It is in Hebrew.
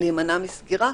להימנע מסגירה,